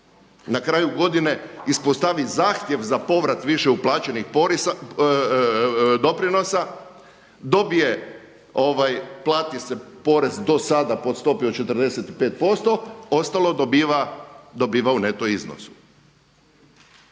Na kraju godine ispostavi zahtjev za povrat više uplaćenih doprinosa, dobije, plati se porez dosada po stopi od 45%, ostalo dobiva u neto iznosu.